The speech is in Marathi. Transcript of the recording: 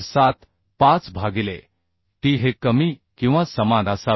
75 भागिले t हे कमी किंवा समान असावे